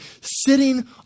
sitting